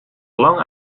lang